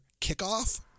kickoff